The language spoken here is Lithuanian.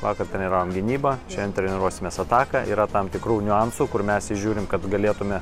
vakar treniravom gynybą šiandien treniruosimės ataką yra tam tikrų niuansų kur mes įžiūrim kad galėtume